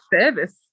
service